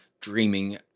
dreaming